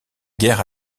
guerre